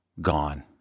gone